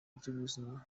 by’ubuzima